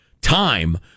Time